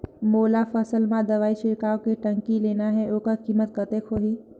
मोला फसल मां दवाई छिड़काव के टंकी लेना हे ओकर कीमत कतेक होही?